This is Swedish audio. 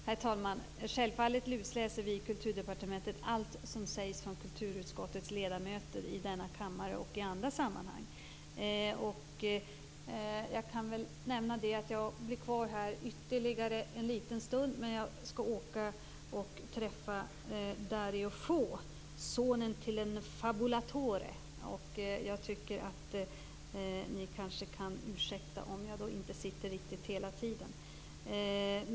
Herr talman! Självfallet lusläser vi på Kulturdepartementet allt som sägs av kulturutskottets ledamöter i denna kammare och i andra sammanhang. Jag kan nämna att jag blir kvar här i kammaren ytterligare en liten stund. Men sedan skall jag åka och träffa Dario Fo, sonen till en fabulatore. Ni kanske kan ursäkta om jag inte sitter kvar i kammaren hela tiden.